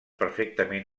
perfectament